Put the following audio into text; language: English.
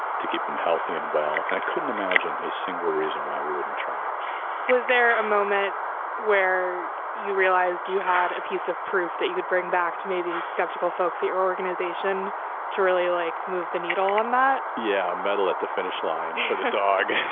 to keep them healthy and well. and i couldn't imagine a single reason why we wouldn't try was there a moment where you realized you had a piece of proof that you could bring back to maybe skeptical, folksy or organization to really, like, move the needle on that? yeah. metal at the finish line shook the dog.